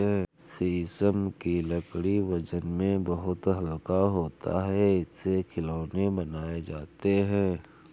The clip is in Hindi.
शीशम की लकड़ी वजन में बहुत हल्का होता है इससे खिलौने बनाये जाते है